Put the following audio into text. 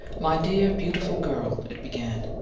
my dear, beautiful girl, it began